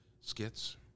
skits